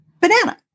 banana